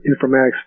informatics